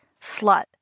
slut